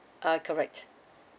uh correct